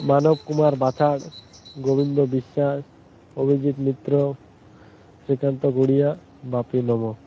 ମାନବ କୁମାର ବାଛାଡ଼ ଗୋବିନ୍ଦ ବିଶ୍ୱାସ ଅଭିଜିତ ମିତ୍ର ଶ୍ରୀକାନ୍ତ ଗୁଡ଼ିଆ ବାପି ନମ